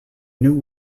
new